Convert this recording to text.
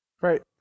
Right